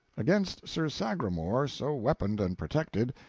against sir sagramor, so weaponed and protected,